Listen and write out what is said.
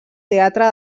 teatre